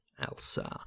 Elsa